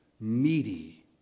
meaty